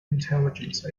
intelligence